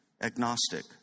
agnostic